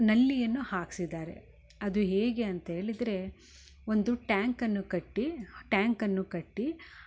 ನಲ್ಲಿಯನ್ನು ಹಾಕ್ಸಿದ್ದಾರೆ ಅದು ಹೇಗೆ ಅಂತೇಳಿದರೆ ಒಂದು ಟ್ಯಾಂಕನ್ನು ಕಟ್ಟಿ ಟ್ಯಾಂಕನ್ನು ಕಟ್ಟಿ